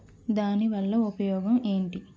దాని వల్ల ఉపయోగం ఎంటి?